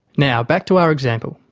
now back to our example.